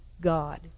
God